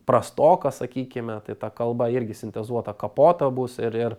prastoką sakykime tai ta kalba irgi sintezuota kapota bus ir ir